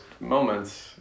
moments